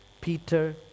Peter